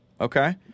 Okay